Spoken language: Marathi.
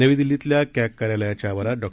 नवी दिल्लीतल्या कॅग कार्यालयाच्या आवारात डॉ